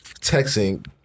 texting